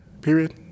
period